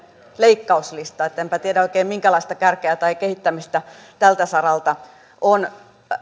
leikkauslista niin että enpä tiedä oikein minkälaista kärkeä tai kehittämistä tällä saralla on